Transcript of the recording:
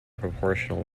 proportional